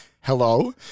hello